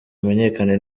amenyekane